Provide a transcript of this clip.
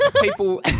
people